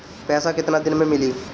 पैसा केतना दिन में मिली?